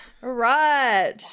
Right